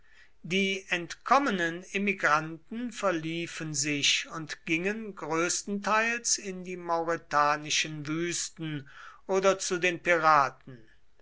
die entkommenen emigranten verliefen sich und gingen größtenteils in die mauretanischen wüsten oder zu den piraten